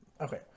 okay